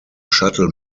shuttle